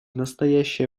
настоящее